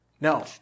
No